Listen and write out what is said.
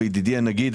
וידידי הנגיד,